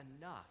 enough